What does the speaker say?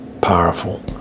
powerful